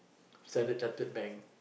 Standard-Chartered Bank